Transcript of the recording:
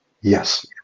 Yes